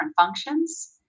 functions